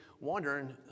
wondering